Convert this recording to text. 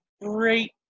great